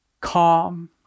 calm